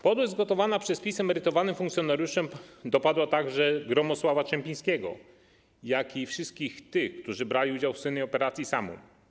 Podłość zgotowana przez PiS emerytowanym funkcjonariuszom dopadła także Gromosława Czempińskiego, jak i wszystkich tych, którzy brali udział w słynnej operacji ˝Samum˝